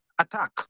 attack